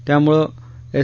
त्यामुळे एस